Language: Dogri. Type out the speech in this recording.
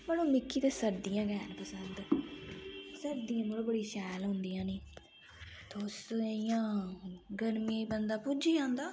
मढ़ो मिकी ते सर्दियां गै न पसंद सर्दियां मढ़ो बड़ी शैल होदियां नी तुस ते इ'यां गर्मियें च बंदा भुज्जी जंदा